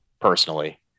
personally